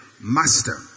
master